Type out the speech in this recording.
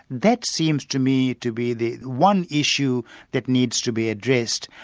that seems to me to be the one issue that needs to be addressed,